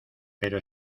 pero